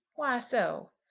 why so?